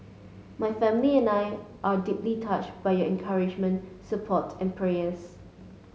my family and I are deeply touched by your encouragement support and prayers